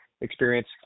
experience